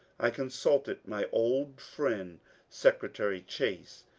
i consulted my old friend secretary chase,